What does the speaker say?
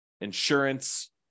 insurance